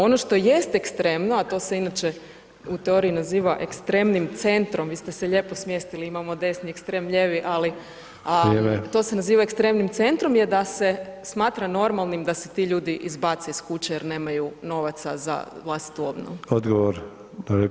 Ono što jest ekstremno, a to se inače u teoriji naziva ekstremnim centrom, vi ste se lijepo smjestili, imamo desni ekstrem, lijevi, ali [[Upadica: Vrijeme]] a to se naziva ekstremnim centrom je da se smatra normalnim da se ti ljudi izbace iz kuće jer nemaju novaca za vlastitu obnovu.